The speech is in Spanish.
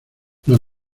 los